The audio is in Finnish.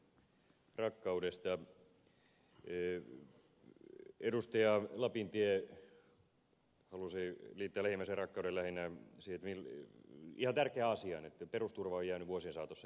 lapintie halusi liittää lähimmäisenrakkauden ihan tärkeään asiaan siihen että perusturva on jäänyt vuosien saatossa jälkeen